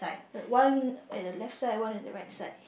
one at the left side one at the right side